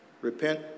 Repent